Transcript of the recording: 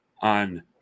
on